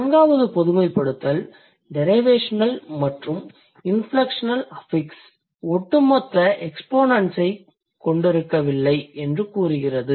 நான்காவது பொதுமைப்படுத்தல் டிரைவேஷனல் மற்றும் இன்ஃப்லெக்ஷனல் அஃபிக்ஸ் ஒட்டுமொத்த எக்ஸ்பொனெண்ட் ஸ் கொண்டிருக்கவில்லை என்று கூறுகிறது